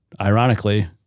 ironically